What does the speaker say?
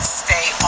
stay